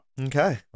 Okay